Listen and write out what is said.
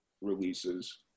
releases